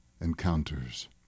encounters